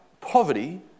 poverty